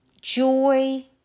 joy